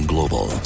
Global